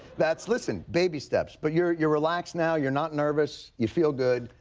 that's, listen, baby steps. but you're you're relaxed now, you're not nervous, you feel good.